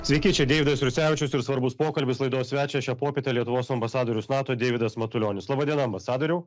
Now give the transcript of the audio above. sveiki čia deividas jursevičius ir svarbus pokalbis laidos svečias šią popietę lietuvos ambasadorius nato deividas matulionis laba diena ambasadoriau